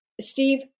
Steve